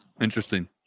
Interesting